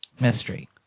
mystery